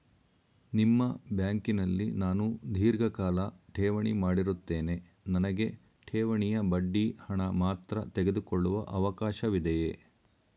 ನಿಮ್ಮ ಬ್ಯಾಂಕಿನಲ್ಲಿ ನಾನು ಧೀರ್ಘಕಾಲ ಠೇವಣಿ ಮಾಡಿರುತ್ತೇನೆ ನನಗೆ ಠೇವಣಿಯ ಬಡ್ಡಿ ಹಣ ಮಾತ್ರ ತೆಗೆದುಕೊಳ್ಳುವ ಅವಕಾಶವಿದೆಯೇ?